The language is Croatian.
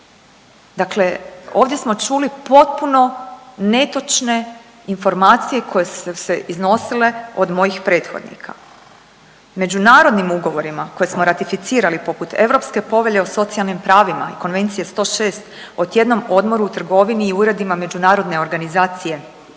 Dakle ovdje smo čuli potpuno netočne informacije koje su se iznosile od mojih prethodnika. Međunarodnim ugovorima koje smo ratificirali poput Europske povelje o socijalnim pravima i Konvencije 106 o tjednom odmoru u trgovini i uredima Međunarodne organizacije